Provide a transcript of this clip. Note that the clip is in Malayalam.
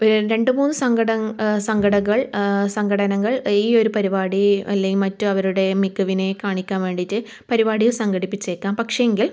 പിൻ രണ്ട് മൂന്ന് സംഘട സംഘടകൾ സംഘടനകൾ ഈ ഒര് പരിപാടി അല്ലേ മറ്റവരുടെ മികവിനെ കാണിക്കാൻ വേണ്ടീട്ട് പരിപാടികൾ സംഘടിപ്പിച്ചേക്കാം പക്ഷേങ്കിൽ